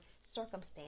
circumstance